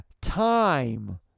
Time